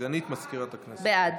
בעד